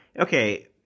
okay